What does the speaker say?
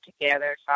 together